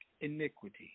iniquity